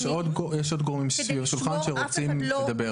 יש עוד גורמים סביב השולחן שרוצים לדבר.